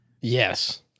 Yes